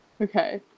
Okay